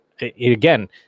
again